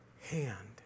hand